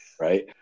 Right